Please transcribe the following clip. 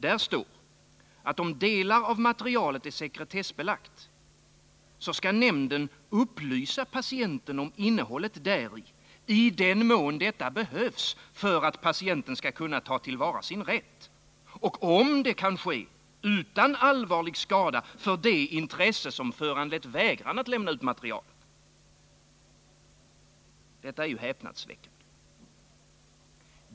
Där står att om delar av materialet är sekretessbelagda skall nämnden upplysa patienten om innehållet däri, i den mån detta behövs för att han skall kunna tillvarata sin rätt, och om det kan ske utan allvarlig skada för det intresse som föranlett vägran att lämna ut materialet. Detta är ju häpnadsväckande.